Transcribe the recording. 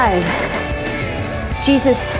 Jesus